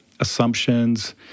assumptions